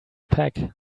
pack